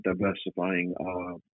diversifying